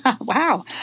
Wow